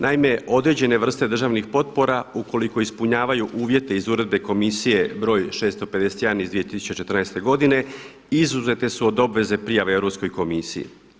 Naime, određene vrste državnih potpora ukoliko ispunjavaju uvjete iz Uredbe Komisije broj 651 iz 2014. godine izuzete su iz obveze prijave Europskoj komisiji.